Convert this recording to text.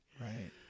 right